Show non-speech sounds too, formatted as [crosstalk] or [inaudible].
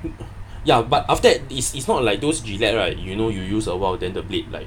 [noise] ya but after that it's it's not like those Gillette right you know you use a while than the blade like